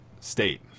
state